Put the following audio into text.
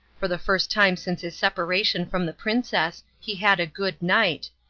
for the first time since his separation from the princess he had a good night,